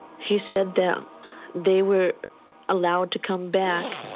he said that they were allowed to come back,